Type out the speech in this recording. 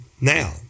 now